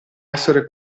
essere